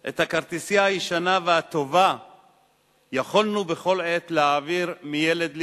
את הכרטיסייה הישנה והטובה יכולנו בכל עת להעביר מילד לילד.